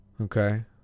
Okay